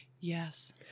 yes